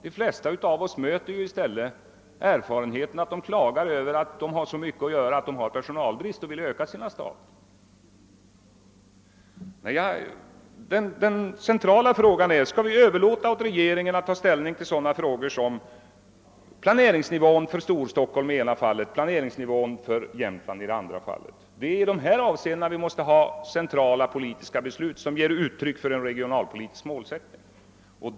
De flesta av oss har i stället erfarenheten att de klagar över att de har så mycket att göra att de begär mera personal. Den centrala frågan är: Skall vi överlåta åt regeringen att ta ställning till sådana frågor som planeringsnivån för Storstockholm i ena fallet och planeringsnivån för Jämtland i andra fallet? Det är i dessa avseenden vi måste ha centrala politiska beslut som uttrycker en regionalpolitisk målsättning.